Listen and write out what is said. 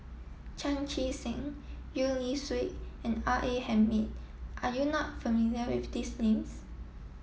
Chan Chee Seng Gwee Li Sui and R A Hamid are you not familiar with these names